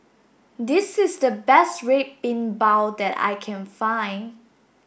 this is the best red bean bao that I can find